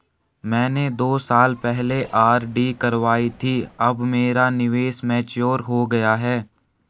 मैंने दो साल पहले आर.डी करवाई थी अब मेरा निवेश मैच्योर हो गया है